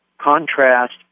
contrast